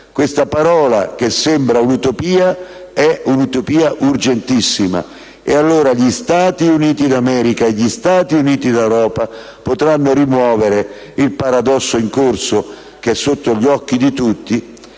Questa parola, che sembra un'utopia, è un'utopia urgentissima. E allora gli Stati Uniti d'America e gli Stati Uniti d'Europa potranno rimuovere il paradosso in corso, che è sotto gli occhi di tutti.